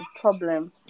problem